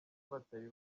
batari